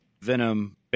Venom